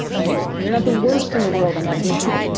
right. we are not the worst in the world in equity,